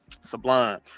sublime